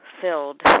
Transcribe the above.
filled